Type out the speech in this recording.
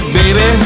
baby